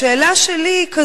השאלה שלי היא כזאת,